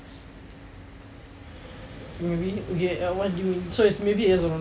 maybe okay when do you so it's maybe it's on